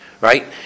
right